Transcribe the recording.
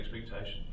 expectation